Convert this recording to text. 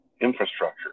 infrastructure